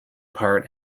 part